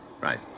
Right